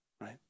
right